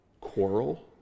quarrel